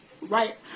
right